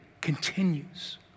continues